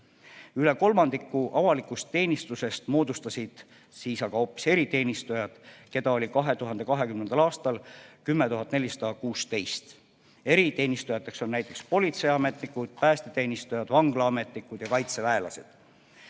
Üle kolmandiku avalikust teenistusest moodustasid siis aga hoopis eriteenistujad, keda oli 2020. aastal 10 416. Eriteenistujateks on näiteks politseiametnikud, päästeteenistujad, vanglaametnikud ja kaitseväelased.